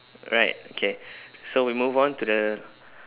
right okay so we move on to the